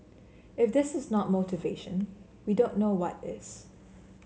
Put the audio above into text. if this is not motivation we don't know what is